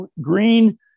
green